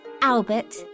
Albert